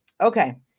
okay